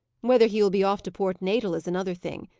whether he will be off to port natal, is another thing.